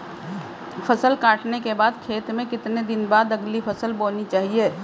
फसल काटने के बाद खेत में कितने दिन बाद अगली फसल बोनी चाहिये?